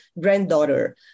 granddaughter